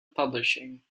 publishing